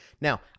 Now